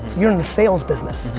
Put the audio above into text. you're in the sales business.